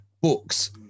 books